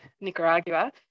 Nicaragua